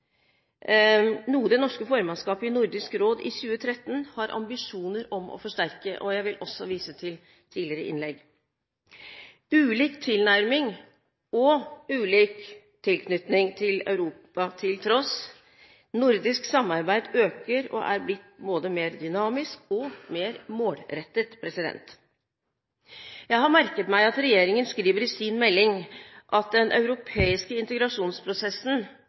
norske formannskapet i Nordisk råd i 2013 har ambisjoner om å forsterke. Jeg vil også vise til tidligere innlegg. Ulik tilnærming og ulik tilknytning til Europa til tross, nordisk samarbeid øker og er blitt både mer dynamisk og mer målrettet. Jeg har merket meg at regjeringen skriver i sin melding at den europeiske integrasjonsprosessen